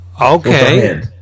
Okay